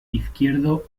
izquierdo